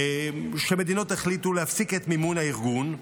מדינות שהחליטו להפסיק את מימון הארגון,